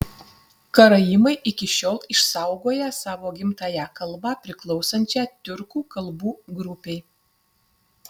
karaimai iki šiol išsaugoję savo gimtąją kalbą priklausančią tiurkų kalbų grupei